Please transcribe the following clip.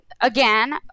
Again